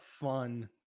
fun